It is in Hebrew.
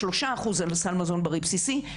שלושה אחוז על סל מזון בריא בסיסי,